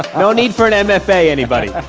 no need for an and mfa anybody.